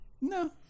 No